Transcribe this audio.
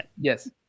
yes